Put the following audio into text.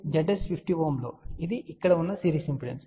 Zs 50 ohm లు ఇది ఇక్కడ ఉన్న సిరీస్ ఇంపెడెన్స్